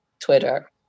Twitter